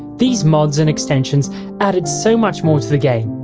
these mods and extensions added so much more to the game,